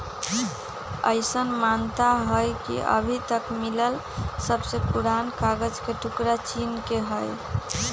अईसन मानता हई कि अभी तक मिलल सबसे पुरान कागज के टुकरा चीन के हई